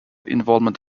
involvement